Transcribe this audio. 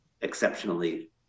exceptionally